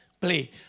play